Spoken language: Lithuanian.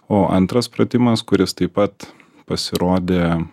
o antras pratimas kuris taip pat pasirodė